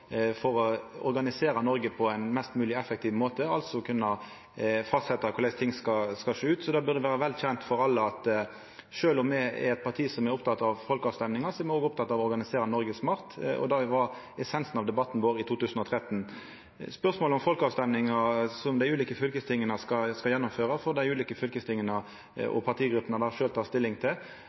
for å organisera Noreg på ein mest mogleg effektiv måte, altså kunna fastsetja korleis ting skal sjå ut. Så det burde vera velkjent for alle at sjølv om me er eit parti som er opptekne av folkeavstemmingar, er me òg opptekne av å organisera Noreg smart, og det var essensen av debatten vår i 2013. Spørsmålet om folkeavstemmingar dei ulike fylkestinga skal gjennomføra, får dei ulike fylkestinga og partigruppene sjølve ta stilling til.